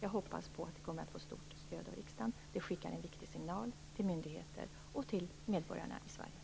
Jag hoppas att den kommer att få ett stort stöd av riksdagen. Det skickar en viktig signal till myndigheter och till medborgarna i Sverige.